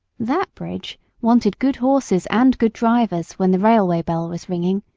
that bridge wanted good horses and good drivers when the railway bell was ringing,